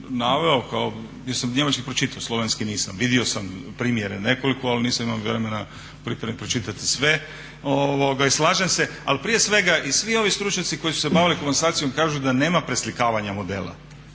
naveo jer sam njemački pročitao slovenski nisam. Vidio sam primjere ali nisam imao vremena pročitati sve i slažem se. Ali prije svega i svi ovi stručnjaci koji su se bavili komasacijom kažu da nema preslikavanja modela,